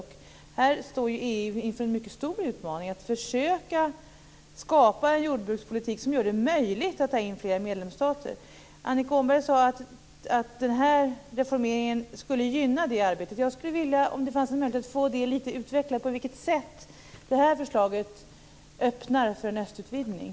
Här står EU inför en mycket stor utmaning, att försöka skapa en jordbrukspolitik som gör det möjligt att ta in fler medlemsstater. Annika Åhnberg sade att den här reformeringen skulle gynna det arbetet. Om det finns en möjlighet skulle jag vilja få utrett på vilket sätt det här förslaget öppnar för en östutvidgning.